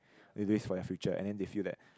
do this for your future and then they feel that